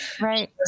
Right